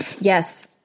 Yes